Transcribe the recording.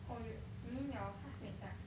oh you mean your classmates ah